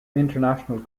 international